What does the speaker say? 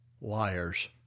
liars